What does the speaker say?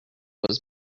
was